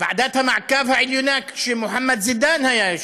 ועדת המעקב העליונה, כשמוחמד זידאן היה יושב-ראש,